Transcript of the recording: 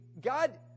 God